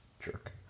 Jerk